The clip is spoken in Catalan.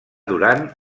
durant